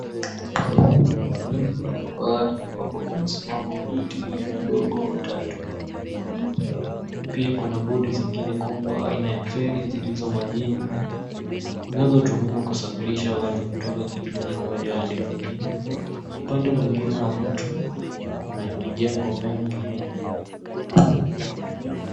Mandhari ni ya ufuoni mwa bahari ambapo pamesimama boti ndogo tatu pia kuna boti zingine kubwa aina ya feri zilizo majini zinazotumiwa kusafirisha watu kutoka kituo kimoja hadi kingine. Upande mwingine wa mto kuna majengo mengi.